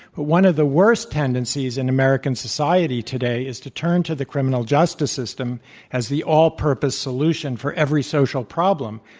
but one of the worst tendencies in american society today is to turn to the criminal justice system as the all purpose solution for every social problem.